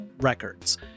records